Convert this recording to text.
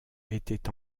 était